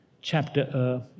Chapter